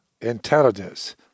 intelligence